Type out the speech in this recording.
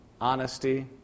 honesty